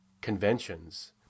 conventions